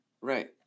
right